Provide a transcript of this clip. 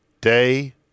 day